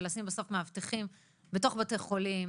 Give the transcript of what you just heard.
ולשים בסוף מאבטחים בתוך בתי חולים,